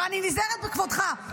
ואני נזהרת בכבודך,